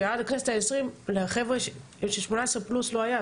שעד הכנסת ה- 20 לחברה של 18 פלוס לא היה,